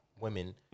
women